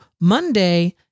Monday